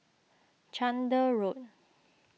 Chander Road